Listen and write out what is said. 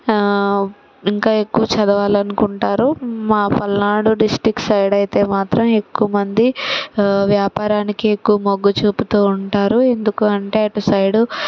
ఆ ఇంకా ఎక్కువ చదవాలి అనుకుంటారు మా పల్నాడు డిస్ట్రిక్ట్ సైడ్ అయితే మాత్రం ఎక్కువ మంది ఆ వ్యాపారానికి ఎక్కువ మొగ్గు చూపుతూ ఉంటారు ఎందుకు అంటే అటు సైడు